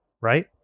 right